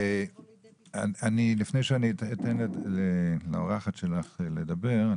לפני שאתן לאורחת שלך לדבר,